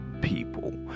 people